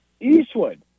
Eastwood